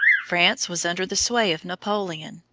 france was under the sway of napoleon,